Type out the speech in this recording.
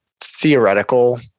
theoretical